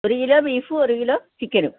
ഒരു കിലോ ബീഫും ഒരു കിലോ ചിക്കനും